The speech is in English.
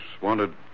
wanted